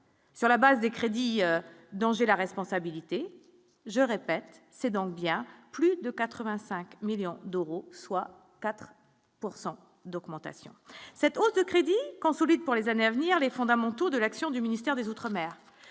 Sur la base des crédits dont j'la responsabilité, je répète, c'est donc bien plus de 85 millions d'euros, soit 4 pourcent d'augmentation. Cette hausse de crédit consolide pour les années à venir, les fondamentaux de l'action du ministère des Outre-mer,